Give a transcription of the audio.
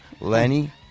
Lenny